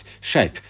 shape